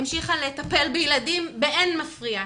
המשיכה לטפל בילדים באין מפריע,